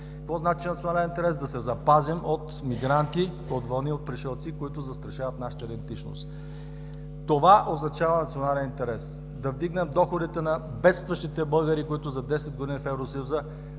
Какво значи национален интерес? Да се запазим от мигранти, от вълни от пришълци, които застрашават нашата идентичност. Това означава национален интерес – да вдигнем доходите на бедстващите българи, които за десет години в Евросъюза